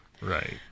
Right